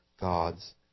God's